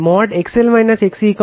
XL XC